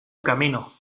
camino